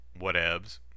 whatevs